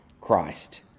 Christ